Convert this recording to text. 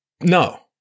No